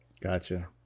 Gotcha